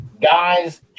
Guys